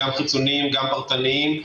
גם חיצוניים וגם פרטניים,